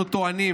אנחנו טוענים